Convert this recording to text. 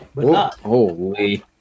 Holy